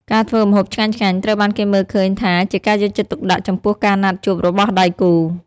ការធ្វើម្ហូបឆ្ងាញ់ៗ ត្រូវបានគេមើលឃើញថាជាការយកចិត្តទុកដាក់ចំពោះការណាត់ជួបរបស់ដៃគូរ។